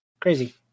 Crazy